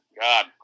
God